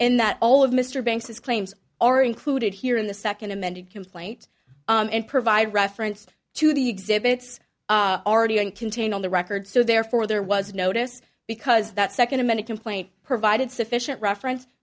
that all of mr banks's claims are included here in the second amended complaint and provide reference to the exhibits already on contained on the record so therefore there was notice because that second a minute complaint provided sufficient reference